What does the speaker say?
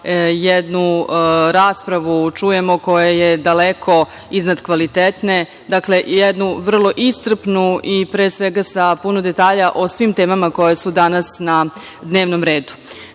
jednu raspravu koja je daleko iznad kvalitetne. Dakle, jednu vrlo iscrpnu i, pre svega, sa puno detalja o svim temama koje su danas na dnevnom redu. Pre